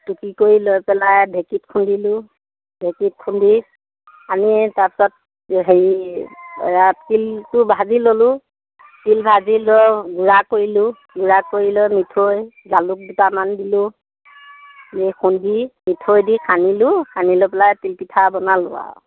টুকি কৰি লৈ পেলাই ঢেকীত খুন্দিলোঁ ঢেকীত খুন্দি আনি তাৰ পাছত হেৰি তিলটো ভাজি ল'লোঁ তিল ভাজি লৈ গুড়া কৰিলোঁ গুড়া কৰি লৈ মিঠৈ জালুক দুটামান দিলোঁ দি খুন্দি মিঠৈ দি সানিলোঁ সানি লৈ পেলাই তিল পিঠা বনালোঁ আৰু